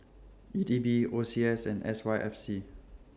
E D B O C S and S Y F C